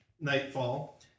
nightfall